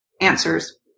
answers